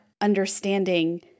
understanding